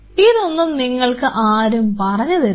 ഇതൊന്നും നിങ്ങൾക്ക് ആരും പറഞ്ഞു തരികയില്ല